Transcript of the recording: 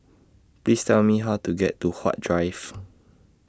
Please Tell Me How to get to Huat Drive